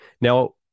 Now